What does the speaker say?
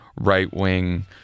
right-wing